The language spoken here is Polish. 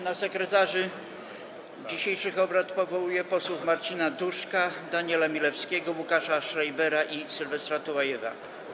Na sekretarzy dzisiejszych obrad powołuję posłów Marcina Duszka, Daniela Milewskiego, Łukasza Schreibera i Sylwestra Tułajewa.